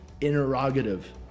interrogative